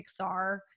Pixar